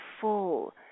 Full